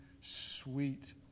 sweet